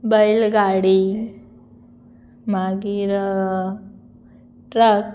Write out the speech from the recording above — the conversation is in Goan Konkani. बैलगाडी मागीर ट्रक